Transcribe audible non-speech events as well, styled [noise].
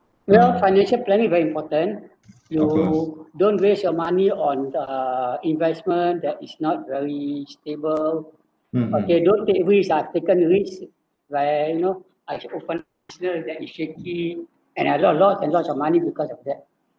you know financial planning very important [noise] you don't waste your money on uh investment that is not really stable [noise] okay don't take risk ah taken risk like you know I can open business that it's shaking and I lost a lots and lots of money because of that